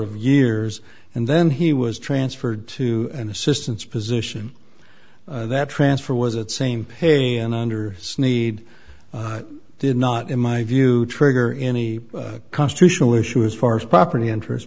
of years and then he was transferred to an assistance position that transfer was that same pay and under snead did not in my view trigger any constitutional issue as far as property interest